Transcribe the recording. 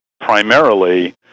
primarily